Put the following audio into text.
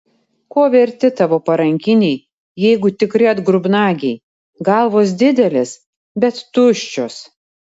ko verti tavo parankiniai jeigu tikri atgrubnagiai galvos didelės bet tuščios